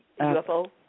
UFO